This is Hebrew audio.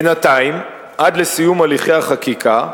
בינתיים, עד לסיום הליכי החקיקה,